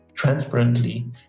transparently